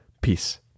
Peace